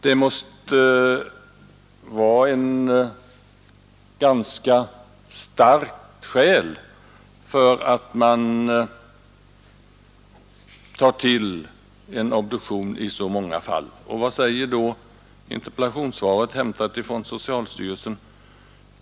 Det måste vara ganska starka skäl för att man tar till obduktion i så många fall. Vad säger då socialstyrelsen enligt interpellationssvaret?